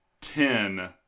ten